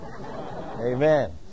Amen